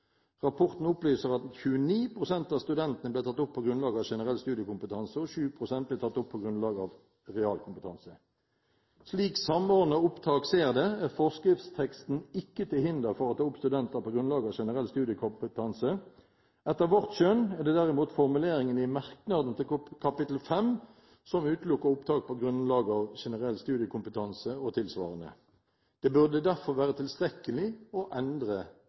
Rapporten opplyser at 29 % av studentene ble tatt opp på grunnlag av generell kompetanse og 7 % ble tatt opp på grunnlag av realkompetanse etter kriteriene ovenfor. Slik Samordna opptak ser det, er forskriftsteksten ikke til hinder for å ta opp studenter på grunnlag av generell studiekompetanse. Etter vårt skjønn er det derimot formuleringene i merknaden til kapittel 5 som utelukker opptak på grunnlag av generell studiekompetanse og tilsvarende. Det burde derfor være tilstrekkelig å endre